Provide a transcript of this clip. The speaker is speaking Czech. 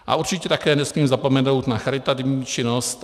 A určitě také nesmím zapomenout na charitativní činnost.